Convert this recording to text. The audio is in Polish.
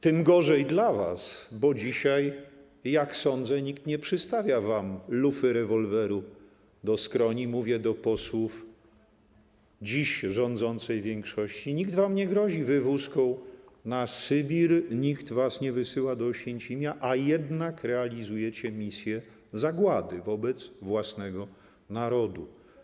Tym gorzej dla was, bo dzisiaj, jak sądzę, nikt nie przystawia wam lufy rewolweru do skroni - mówię do posłów dziś rządzącej większości - nikt wam nie grozi wywózką na Sybir, nikt was nie wysyła do Oświęcimia, a jednak realizujecie misję zagłady wobec własnego narodu.